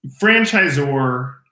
franchisor